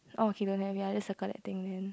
orh okay don't have there's a coloured thing then